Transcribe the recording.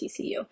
TCU